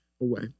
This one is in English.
away